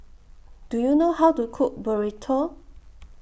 Do YOU know How to Cook Burrito